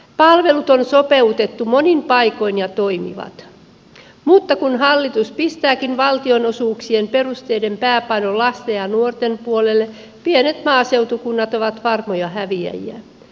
palvelut on sopeutettu monin paikoin ja ne toimivat mutta kun hallitus pistääkin valtionosuuksien perusteiden pääpainon lasten ja nuorten puolelle pienet maaseutukunnat ovat varmoja häviäjiä